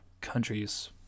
countries